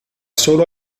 solo